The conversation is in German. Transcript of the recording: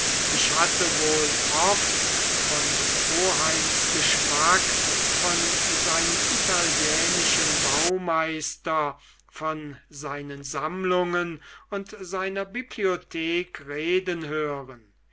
ich hatte wohl oft von des oheims geschmack von seinem italienischen baumeister von seinen sammlungen und seiner bibliothek reden hören